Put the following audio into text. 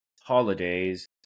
holidays